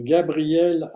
Gabriel